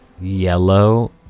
yellow